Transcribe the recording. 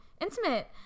intimate